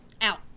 out